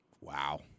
Wow